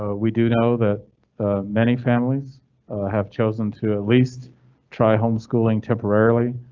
ah we do know that many families have chosen to at least try homeschooling temporarily.